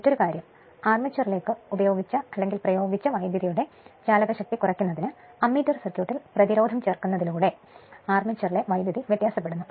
മറ്റൊരു കാര്യം അർമേച്ചറിലേക്ക് പ്രയോഗിച്ച വൈദ്യുതിയുടെ ചാലകശക്തി കുറയ്ക്കുന്നതിന് അമ്മീറ്റർ സർക്യൂട്ടിൽ പ്രതിരോധം ചേർക്കുന്നതിലൂടെ അർമേച്ചറിലേ വൈദ്യുതി വ്യത്യാസപ്പെടുന്നു